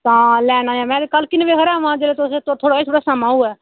तां लैने ऐ में ते कल कि'न्ने बजे हारे आमां में ते ते जेह्का थुहाड़े कोल समां होऐ